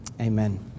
Amen